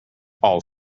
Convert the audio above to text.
all